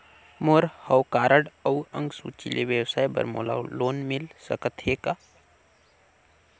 मोर हव कारड अउ अंक सूची ले व्यवसाय बर मोला लोन मिल सकत हे का?